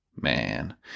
man